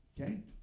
Okay